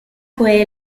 fue